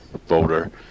voter